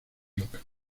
loca